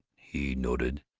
he noted,